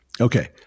Okay